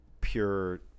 pure